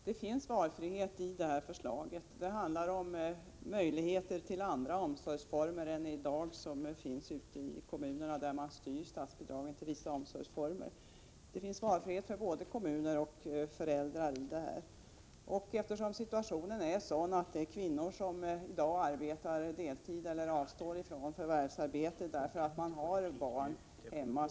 Herr talman! Det finns valfrihet i detta förslag. Det handlar om möjligheter till andra omsorgsformer än dem som i dag finns ute i kommunerna, där man styr statsbidraget till vissa omsorgsformer. Det finns valfrihet för både kommuner och för föräldrar i det här fallet. Situationen är i dag sådan att det är kvinnorna som arbetar deltid eller avstår från förvärvsarbete därför att de har barn hemma.